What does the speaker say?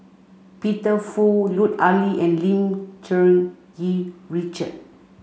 Peter Fu Lut Ali and Lim Cherng Yih Richard